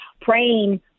praying